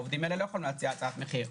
העובדים האלה לא יכולים להציע הצעת מחיר,